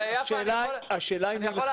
--- לא,